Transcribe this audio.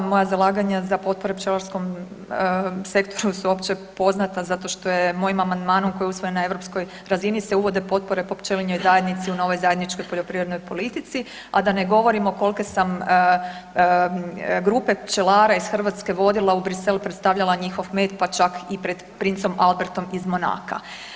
Moja zalaganja za potpore pčelarskom sektoru su opće poznata zato što je mojim amandmanom koji je usvojen na europskoj razini se uvode potpore po pčelinjoj zajednici u novoj zajedničkoj poljoprivrednoj politici, a da ne govorimo kolike sam grupe pčelara iz Hrvatske vodila u Bruxelles, predstavljala njihov med pa čak i pred princom Albertom iz Monaka.